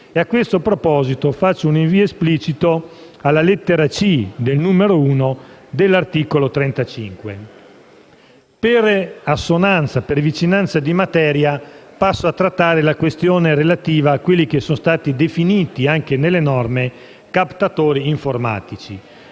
A questo proposito faccio un rinvio esplicito alla lettera *c)* del numero 1 dell'articolo 35. Per vicinanza di materia passo a trattare la questione relativa a quelli che sono stati definiti, anche nelle norme, captatori informatici.